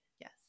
yes